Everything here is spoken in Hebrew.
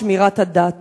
ושמירת הדת.